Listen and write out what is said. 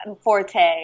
Forte